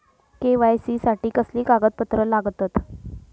KYC साठी कसली कागदपत्र लागतत?